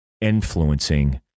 influencing